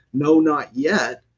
no, not yet.